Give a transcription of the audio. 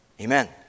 Amen